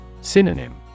Synonym